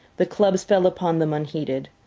the clubs fell upon them unheeded.